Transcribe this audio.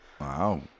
Wow